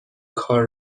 کار